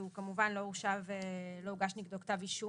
שהוא כמובן לא הורשע ולא הוגש נגדו כתב אישום